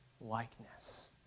likeness